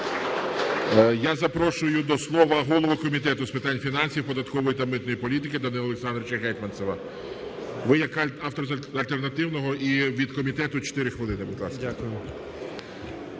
Я запрошую до слова голову Комітету з питань фінансів, податкової та митної політики Данила Олександровича Гетманцева. Ви як автор альтернативного і від комітету - чотири хвилини, будь ласка.